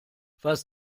was